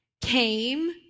came